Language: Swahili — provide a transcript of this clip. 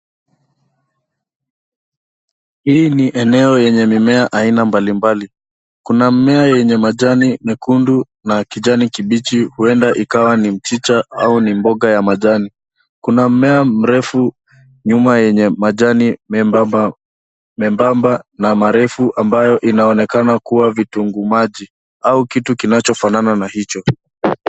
Hii ni eneo yenye mimea aina mbalimbali. Kuna mimea yenye majani mekundu na kijani kibichi, huenda ikawa ni mchicha au ni mboga ya majani. Kuna mmea mrefu, nyuma yenye majani membamba na marefu ambayo inaonekana kuwa vitunguu maji au kitu kinachofanana na hicho.